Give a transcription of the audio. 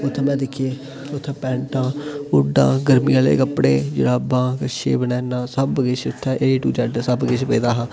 उत्थें मैं दिक्खी उत्थें पैंटां हूडां गर्मी आह्ले कपड़े जराबां कच्छे बनैनां सब किश उत्थें ए टू जेड सब किश पेदा हा